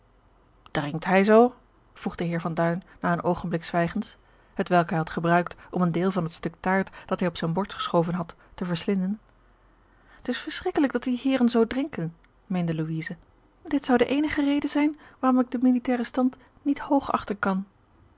hij zoo vroeg de heer van duin na een oogenblik zwijgens hetwelk hij had gebruikt om een deel van het stuk taart dat hij op zijn bord geschoven had te verslinden het is verschrikkelijk dat die heeren zoo drinken meende louise dit zou de eenige reden zijn waarom ik den militairen stand niet hoogachten kan